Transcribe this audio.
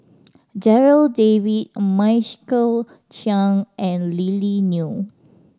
Darryl David Michael Chiang and Lily Neo